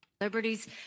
Liberties